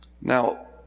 Now